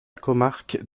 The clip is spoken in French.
comarque